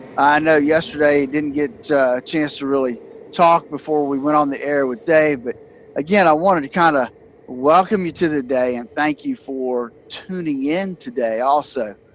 i know yesterday i didn't get a chance to really talk before we went on the air with dave, but again, i wanted to kind of welcome you to the day and thank you for tuning in today. also,